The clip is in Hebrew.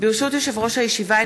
ברשות יושב-ראש הישיבה,